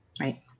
Right